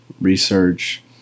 research